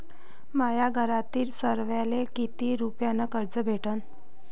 माह्या घरातील सर्वाले किती रुप्यान कर्ज भेटन?